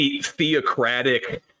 theocratic